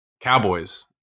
cowboys